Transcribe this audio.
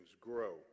grow